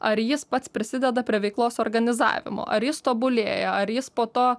ar jis pats prisideda prie veiklos organizavimo ar jis tobulėja ar jis po to